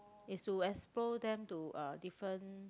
is to expose them to uh different